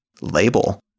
label